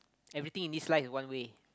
everything in this life one way